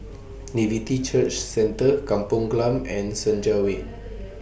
Nativity Church Centre Kampong Glam and Senja Way